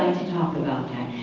to talk about